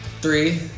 Three